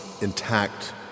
intact